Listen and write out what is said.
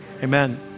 amen